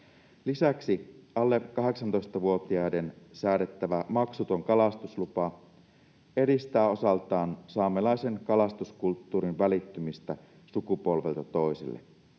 Lisäksi alle 18-vuotiaille säädettävä maksuton kalastuslupa edistää osaltaan saamelaisen kalastuskulttuurin välittymistä sukupolvelta toiselle.